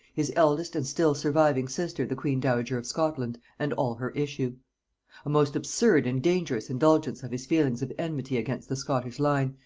his eldest and still surviving sister the queen-dowager of scotland, and all her issue a most absurd and dangerous indulgence of his feelings of enmity against the scottish line,